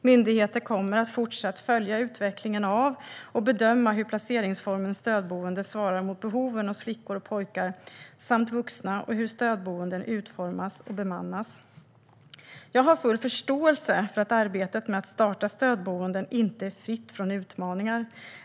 Myndigheten kommer att fortsatt följa utvecklingen av och bedöma hur placeringsformen stödboende svarar mot behoven hos flickor och pojkar samt vuxna och hur stödboenden utformas och bemannas. Jag har full förståelse för att arbetet med att starta stödboenden inte är fritt från utmaningar.